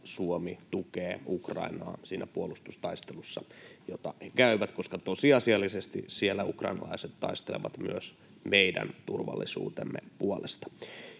Suomi tukee Ukrainaa siinä puolustustaistelussa, jota he käyvät, koska tosiasiallisesti siellä ukrainalaiset taistelevat myös meidän turvallisuutemme puolesta.